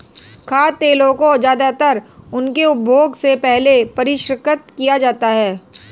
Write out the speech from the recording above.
खाद्य तेलों को ज्यादातर उनके उपभोग से पहले परिष्कृत किया जाता है